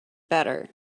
better